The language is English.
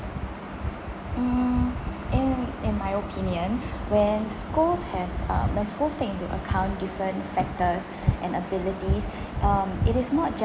mm in in my opinion when schools have uh when schools take into account different factors and abilities um it is not just